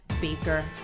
Baker